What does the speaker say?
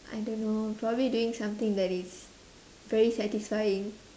I don't know probably doing something that is very satisfying